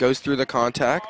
goes through the contact